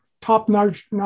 top-notch